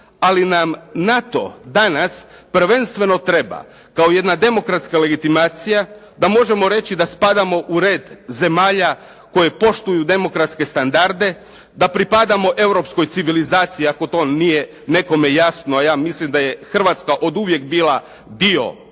ali nam NATO danas prvenstveno treba kao jedna demokratska legitimacija da možemo reći da spadamo u red zemalja koje poštuju demokratske standarde, da pripadamo europskoj civilizaciji, ako to nije nekome jasno, a ja mislim da je Hrvatska oduvijek bila dio Europe